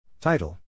Title